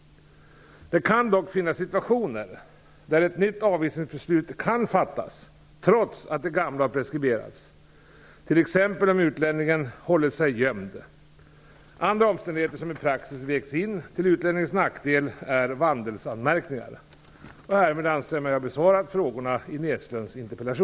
Det kan dock finnas situationer där ett nytt avvisningsbeslut kan fattas trots att det gamla har preskriberats, t.ex. om utlänningen hållit sig gömd. Andra omständigheter som i praxis vägts in till utlänningens nackdel är vandelsanmärkningar. Härmed anser jag mig ha besvarat frågorna i